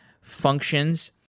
functions